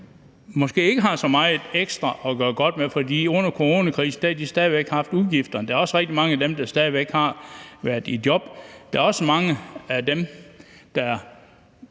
måske ikke har så meget ekstra at gøre godt med, fordi de under coronakrisen stadig væk havde udgifterne. Der er også rigtig mange af dem, der stadig væk har været i job. Der er også mange af dem, der